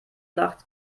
nacht